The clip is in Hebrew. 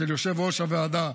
של יושב-ראש הוועדה,